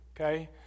okay